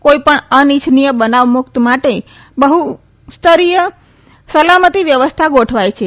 કોઈપણ અનિચ્છનીય બનાવ મુક્ત માટે બહુબીધ સ્તરીય સલામતી વ્યવસ્થા ગોઠવાઈ છે